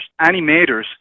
animators